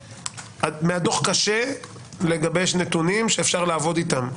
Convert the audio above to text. - שמהדוח קשה לגבש נתונים שאפשר לעבוד איתם,